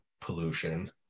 pollution